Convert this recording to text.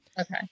Okay